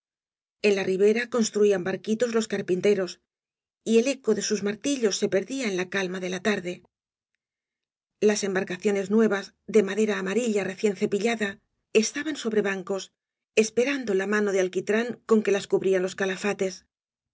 en la ribera construían barquitos ios carpinteros y el eco de sus martillos ae perdía en la calma de la tarde las embarcado nes nuevas de madera amarilla recién cepillada gañas y barro estaban sobre bancos esperando la mano de alquítrán con que las cubrían los calafates